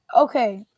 Okay